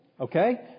Okay